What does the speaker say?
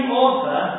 author